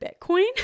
bitcoin